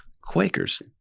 Quakers